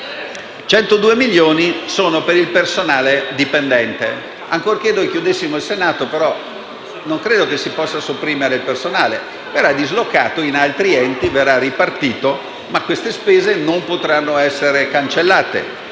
102 milioni sono per il personale dipendente. Ancorché noi chiudessimo il Senato, non credo che si possa sopprimere il personale, che verrà dislocato in altri enti, verrà ripartito, quindi queste spese non potranno essere cancellate.